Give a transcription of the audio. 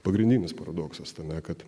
pagrindinis paradoksas tame kad